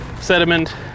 sediment